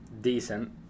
decent